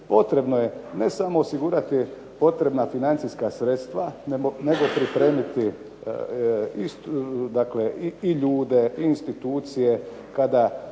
potrebno je ne samo osigurati potrebna financijska sredstva, nego pripremiti dakle i ljude i institucije kada